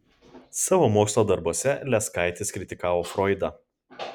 savo mokslo darbuose leskaitis kritikavo froidą